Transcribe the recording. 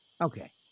Okay